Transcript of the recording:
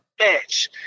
bitch